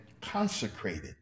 consecrated